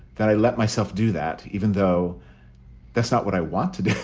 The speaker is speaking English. that i let myself do that, even though that's not what i want to do.